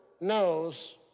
knows